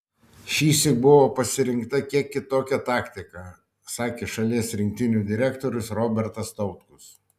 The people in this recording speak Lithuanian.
šįsyk buvo pasirinkta kiek kitokia taktika sakė šalies rinktinių direktorius robertas tautkus